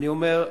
אני אומר: